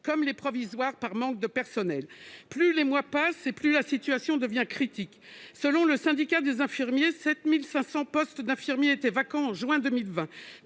fermetures provisoires, par manque de personnel. Plus les mois passent et plus la situation devient critique. Selon le syndicat des infirmiers, 7 500 postes d'infirmiers étaient vacants en juin 2020